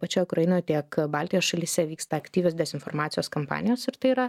pačioj ukrainoj tiek baltijos šalyse vyksta aktyvios dezinformacijos kampanijos ir tai yra